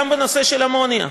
גם בנושא האמוניה.